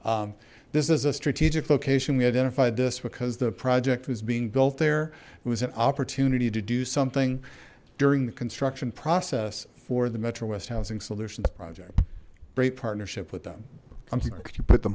at this is a strategic location we identified this because the project was being built there it was an opportunity to do something during the construction process for the metro west housing solutions project great partnership with them could you put the